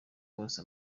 bose